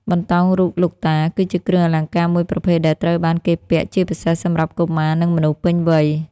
បន្តោងរូបលោកតា គឺជាគ្រឿងអលង្ការមួយប្រភេទដែលត្រូវបានគេពាក់ជាពិសេសសម្រាប់កុមារនិងមនុស្សពេញវ័យ។